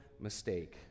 mistake